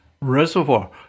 Reservoir